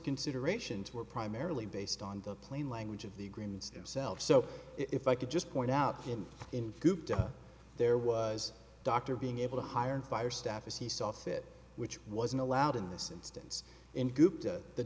consideration two were primarily based on the plain language of the agreements of self so if i could just point out to him in there was a doctor being able to hire and fire staff as he saw fit which wasn't allowed in this instance and gupta the